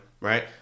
right